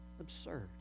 absurd